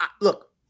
look